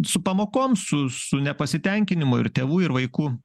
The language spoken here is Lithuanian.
su pamokom su su nepasitenkinimu ir tėvų ir vaikų